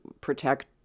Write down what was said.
protect